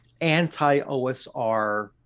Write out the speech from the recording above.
anti-OSR